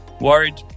Worried